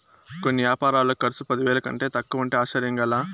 కొన్ని యాపారాల కర్సు పదివేల కంటే తక్కువంటే ఆశ్చర్యంగా లా